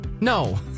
No